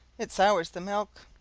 it sours the milk,